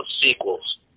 sequels